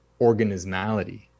organismality